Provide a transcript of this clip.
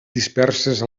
disperses